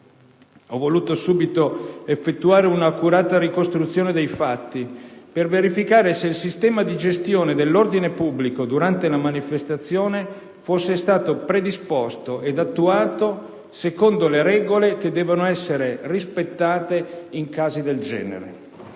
Ho voluto subito effettuare un'accurata ricostruzione dei fatti per verificare se il sistema di gestione dell'ordine pubblico durante la manifestazione fosse stato predisposto ed attuato secondo le regole che devono essere rispettate in casi del genere.